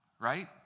Right